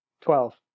Twelve